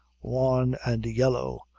wan and yellow,